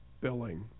billing